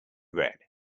red